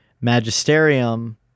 magisterium